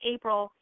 April